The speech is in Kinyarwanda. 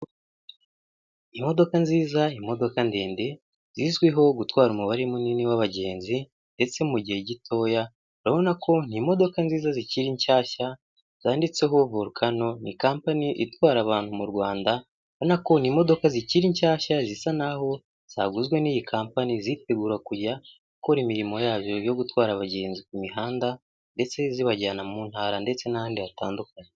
Imodoka nziza imodoka ndende zizwiho gutwara umubare munini w'abagenzi ndetse mu gihe gitoya, urabona ko n'imodoka nziza zikiri nshyashya, zanditseho Volcano, ni kampani itwara abantu mu Rwanda, ubona ko ni imodoka nziza zikiri nshyashya zisa naho zaguzwe n'iyi kampani, zitegura kujya gukora imirimo yazo yo gutwara abagenzi ku mihanda ndetse zibajyana mu ntara ndetse n'ahandi hatandukanye.